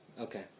Okay